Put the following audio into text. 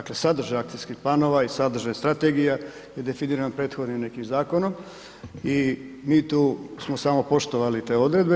Dakle, sadržaj akcijskih planova i sadržaj strategija je definiran prethodnim nekim zakonom i mi tu smo samo poštovali te odredbe.